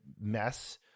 mess